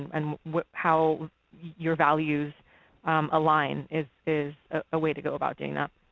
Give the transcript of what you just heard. and how your values align is is a way to go about doing that.